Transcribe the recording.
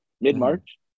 Mid-March